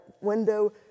window